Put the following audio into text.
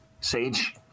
sage